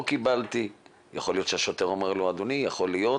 קיבלתי' יכול להיות שהשוטר יאמר לו 'אדוני יכול להיות,